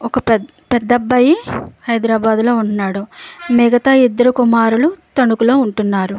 ఒక పెద్ద పెద్ద అబ్బాయి హైదరాబాదులో ఉంటున్నాడు మిగతా ఇద్దరు కుమారులు తణుకులో ఉంటున్నారు